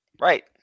right